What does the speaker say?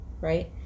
right